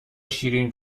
شیرین